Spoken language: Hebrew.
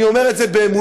אני אומר את זה באמונה,